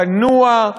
כנוע,